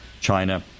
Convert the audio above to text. China